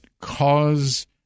cause